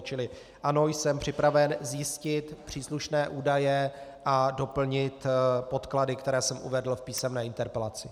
Čili, ano, jsem připraven zjistit příslušné údaje a doplnit poklady, které jsem uvedl v písemné interpelaci.